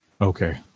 Okay